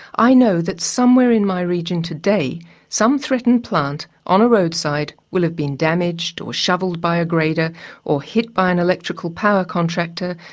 i know that somewhere in my region today some threatened plant on a roadside will have been damaged, or shovelled by a grader or hit by an electrical power contractor,